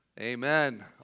amen